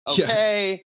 Okay